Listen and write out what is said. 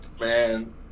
Man